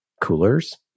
coolers